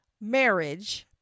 Marriage